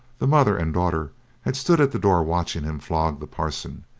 the mother and daughter had stood at the door watching him flog the parson.